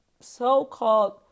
so-called